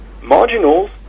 marginals